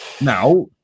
Now